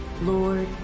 Lord